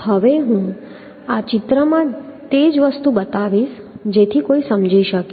તો હવે હું આ ચિત્રમાં તે જ વસ્તુ બતાવીશ જેથી કોઈ સમજી શકે